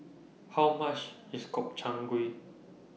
How much IS Gobchang Gui